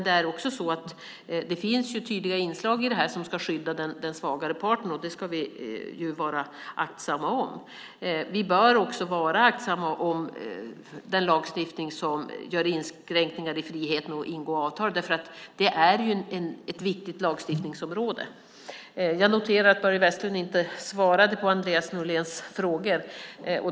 Dessutom finns det tydliga inslag här för att skydda den svagare parten. Det ska vi vara aktsamma om. Vi bör också vara aktsamma om den lagstiftning som gör inskränkningar i friheten att ingå avtal eftersom detta är ett viktigt lagstiftningsområde. Jag noterar att Börje Vestlund inte svarade på Andreas Norléns frågor.